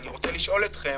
ואני רוצה לשאול אתכם,